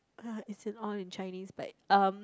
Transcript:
ah is in all in Chinese but um